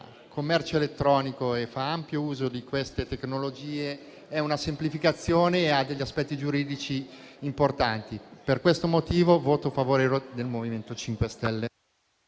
commercio elettronico e fa ampio uso di queste tecnologie è una semplificazione e ha degli aspetti giuridici importanti. Per questo motivo esprimo il voto favorevole del Gruppo MoVimento 5 Stelle.